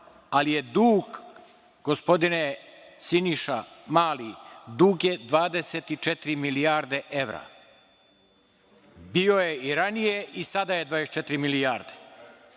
ali je dug, gospodine Siniša Mali, dug je 24 milijardi evra. Bio je i ranije i sada je 24 milijarde.